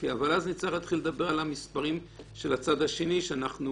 אבל אז נצטרך להתחיל לדבר על המספרים של הצד השני שאנחנו